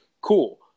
Cool